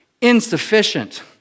Insufficient